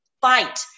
Fight